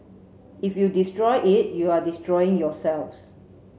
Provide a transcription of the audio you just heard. if you destroy it you are destroying yourselves